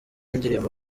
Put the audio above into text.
ndirimbo